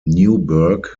newburgh